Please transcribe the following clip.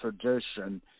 tradition